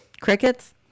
Crickets